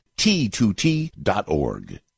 T2T.org